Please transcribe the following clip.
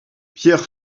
pierre